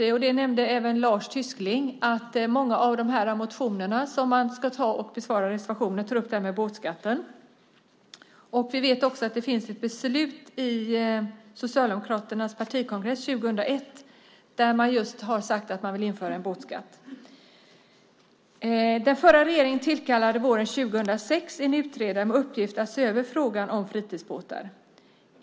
Men samtidigt vet vi, vilket Lars Tysklind nämnde, att man i många av motionerna, som besvaras i samband med reservationerna, tar upp frågan om båtskatten. Vi vet också att det finns ett beslut från Socialdemokraternas partikongress 2001 just om att man vill införa en båtskatt. Den förra regeringen tillkallade våren 2006 en utredare med uppgift att se över frågan om fritidsbåtar.